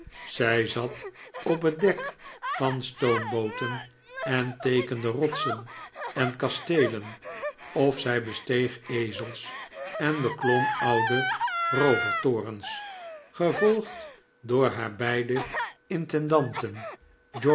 zij zat op het dek van stoombooten en teekende rotsen en kasteelen of zij besteeg ezels en beklom oude roovertorens gevolgd door haar beide intendanten